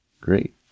great